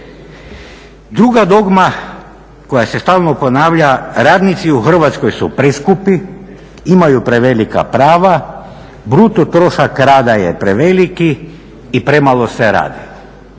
Druga dogma koja se stalno ponavlja radnici u Hrvatskoj su preskupi, imaju prevelika prava, bruto trošak rada je preveliki i premalo se radi.